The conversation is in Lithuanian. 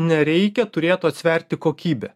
nereikia turėtų atsverti kokybė